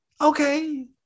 Okay